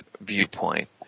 viewpoint